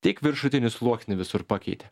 tik viršutinį sluoksnį visur pakeitė